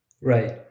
Right